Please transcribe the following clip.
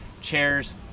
chairs